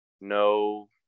no